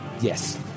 Yes